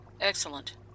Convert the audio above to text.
Excellent